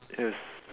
yes